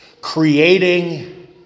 creating